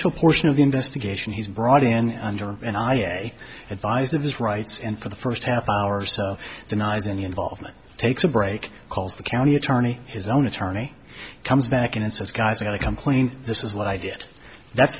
initial portion of the investigation he's brought in under an ira advised of his rights and for the first half hour or so denies any involvement takes a break calls the county attorney his own attorney comes back in and says guys i got a complaint this is what i did that